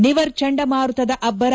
ನಿವರ್ ಚಂಡಮಾರುತದ ಅಬ್ಬರ